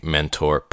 Mentor